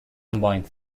combined